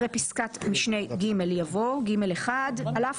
אחרי פסקת משנה (ג) יבוא: "(ג1)על אף